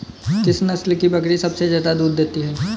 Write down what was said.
किस नस्ल की बकरी सबसे ज्यादा दूध देती है?